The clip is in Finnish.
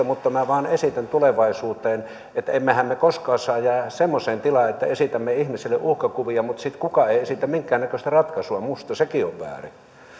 mutta minä vain esitän tulevaisuuteen emmehän me koskaan saa jäädä semmoiseen tilaan että esitämme ihmisille uhkakuvia mutta kukaan ei esitä minkäännäköistä ratkaisua minusta sekin on väärin